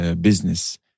business